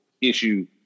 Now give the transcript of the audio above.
issue